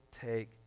take